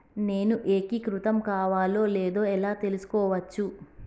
నేను ఏకీకృతం కావాలో లేదో ఎలా తెలుసుకోవచ్చు?